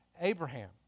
Abraham